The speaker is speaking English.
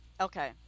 Okay